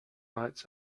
nights